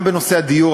גם בנושא הדיור.